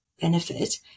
benefit